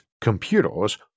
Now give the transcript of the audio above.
computers